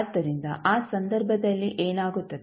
ಆದ್ದರಿಂದ ಆ ಸಂದರ್ಭದಲ್ಲಿ ಏನಾಗುತ್ತದೆ